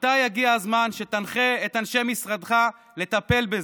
מתי יגיע הזמן שתנחה את אנשי משרדך לטפל בזה?